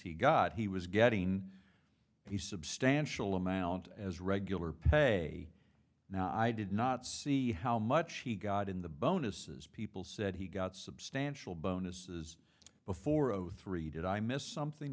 he got he was getting he substantial amount as regular pay now i did not see how much he got in the bonuses people said he got substantial bonuses before zero three did i miss something